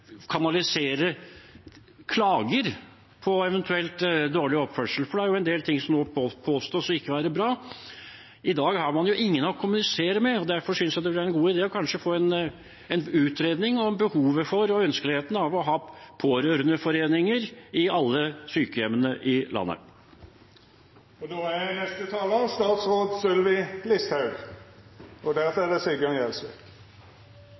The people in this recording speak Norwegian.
kanalisere klager på eventuell dårlig oppførsel, for det er jo en del ting som nå påstås ikke å være bra. I dag har man ingen å kommunisere med, og derfor synes jeg det ville være en god idé kanskje å få en utredning av behovet for og ønskeligheten av å ha pårørendeforeninger ved alle sykehjemmene i landet. Til det siste først – det kan absolutt være en idé. Det er